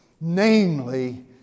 Namely